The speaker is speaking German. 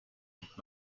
nimmt